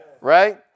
Right